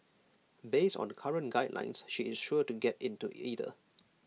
based on current guidelines she is sure to get into either